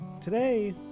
today